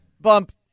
Bump